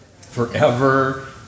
Forever